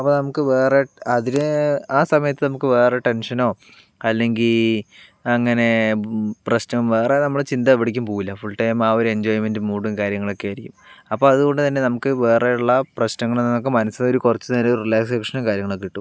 അപ്പോൾ നമുക്ക് വേറെ അതിലെ ആ സമയത്ത് നമുക്ക് വേറെ ടെൻഷനോ അല്ലെങ്കിൽ അങ്ങനെ പ്രശ്നം വേറെ നമ്മള് ചിന്ത എവിടേക്കും പോവില്ല ഫുൾ ടൈം ആ ഒരു എൻജോയ്മെൻറ് മൂഡും കാര്യങ്ങളൊക്കെയായിരിക്കും അപ്പോൾ അതുകൊണ്ട് തന്നെ നമുക്ക് വേറെ ഉള്ള പ്രശ്നങ്ങളിൽ നിന്നൊക്കെ മനസ്സിന് ഒരു കുറച്ചു നേരം ഒരു റിലാക്സേഷനും കാര്യങ്ങളൊക്കെ കിട്ടും